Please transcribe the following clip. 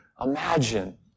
imagine